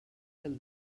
del